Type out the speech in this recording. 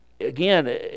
again